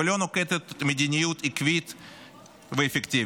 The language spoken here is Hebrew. ולא נוקטת מדיניות עקבית ואפקטיבית.